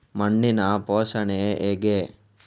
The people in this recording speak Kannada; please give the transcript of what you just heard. ಮಣ್ಣಿನ ಪೋಷಣೆ ಹೇಗೆ?